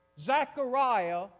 Zechariah